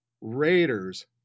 Raiders